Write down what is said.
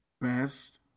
Best